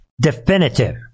Definitive